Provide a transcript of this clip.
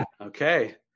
Okay